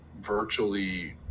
virtually